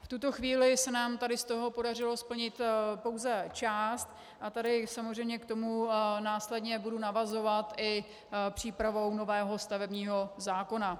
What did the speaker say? V tuto chvíli se nám tady z toho podařilo splnit pouze část a tady samozřejmě k tomu následně budu navazovat i přípravou nového stavebního zákona.